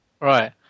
Right